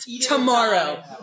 tomorrow